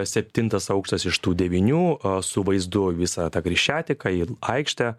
septintas aukštas iš tų devynių su vaizdu į visą tą kriščiateką į aikštę